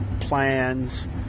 plans